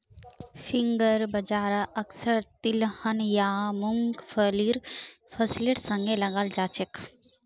finger बाजरा अक्सर तिलहन या मुंगफलीर फसलेर संगे लगाल जाछेक